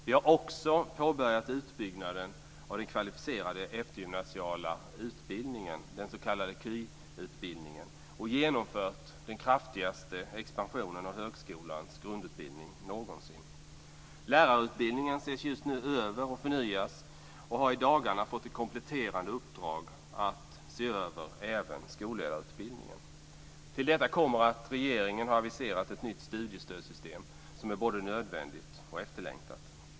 Vi har också påbörjat utbyggnaden av den kvalificerade eftergymnasiala utbildningen, den s.k. KY utbildningen och genomfört den kraftigaste expansionen av högskolans grundutbildning någonsin. Lärarutbildningen ses just nu över och förnyas, och i dagarna har ett kompletterande uppdrag getts för att även skolledarutbildningen skall ses över. Till detta kommer att regeringen har aviserat ett nytt studiestödssystem som är både nödvändigt och efterlängtat.